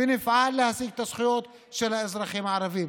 ונפעל להשיג את הזכויות של האזרחים הערבים.